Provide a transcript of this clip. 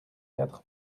quatre